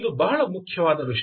ಇದು ಬಹಳ ಮುಖ್ಯವಾದ ವಿಷಯ